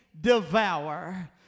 devour